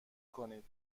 کنید